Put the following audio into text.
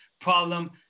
problem